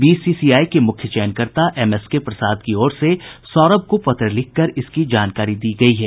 BCI के मुख्य चयनकर्ता एम एस के प्रसाद की ओर सौरभ को पत्र लिखकर इसकी जानकारी दी गयी है